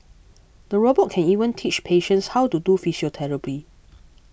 the robot can even teach patients how to do physiotherapy